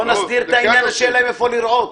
בוא נסדיר את העניין שיהיה להם היכן לרעות.